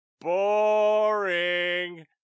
boring